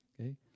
Okay